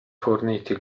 forniti